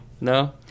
No